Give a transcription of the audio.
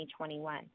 2021